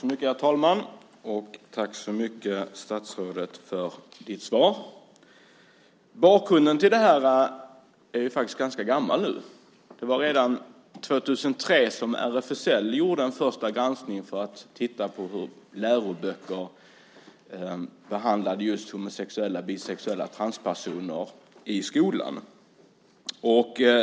Herr talman! Jag vill tacka statsrådet för svaret. Bakgrunden till det här är den första granskning RFSL gjorde 2003 för att titta på hur läroböcker behandlade just homosexuella, bisexuella och transpersoner i skolan.